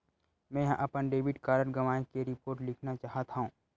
मेंहा अपन debit card गवाए के रिपोर्ट लिखना चाहत हव